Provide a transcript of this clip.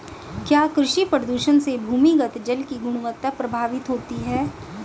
क्या कृषि प्रदूषण से भूमिगत जल की गुणवत्ता प्रभावित होती है?